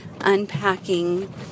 unpacking